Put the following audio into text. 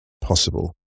possible